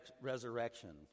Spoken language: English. resurrection